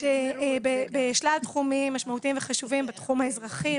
בשלל תחומים משמעותיים וחשובים בתחום האזרחי,